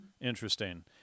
Interesting